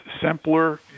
simpler